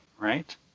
right